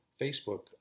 Facebook